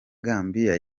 gambia